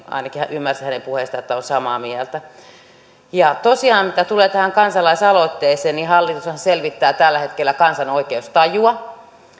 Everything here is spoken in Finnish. ainakin ymmärsin hänen puheestaan että hän on samaa mieltä tosiaan mitä tulee tähän kansalaisaloitteeseen niin hallitushan selvittää tällä hetkellä kansan oikeustajua